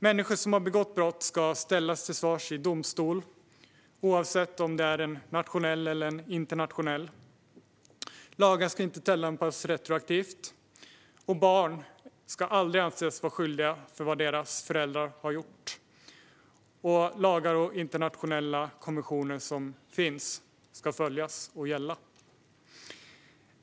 Människor som har begått brott ska ställas till svars i domstol, oavsett om den är nationell eller internationell. Lagar ska inte tillämpas retroaktivt. Barn ska aldrig anses skyldiga för vad deras föräldrar har gjort. Och lagar och internationella konventioner som finns ska följas och gälla.